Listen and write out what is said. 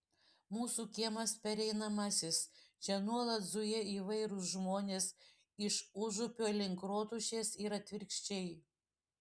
mūsų kiemas pereinamasis čia nuolat zuja įvairūs žmonės iš užupio link rotušės ir atvirkščiai